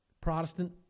Protestant